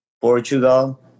Portugal